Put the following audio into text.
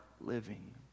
living